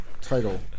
title